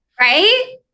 Right